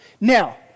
Now